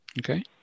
Okay